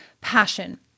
passion